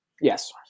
Yes